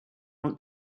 want